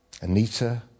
Anita